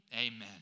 Amen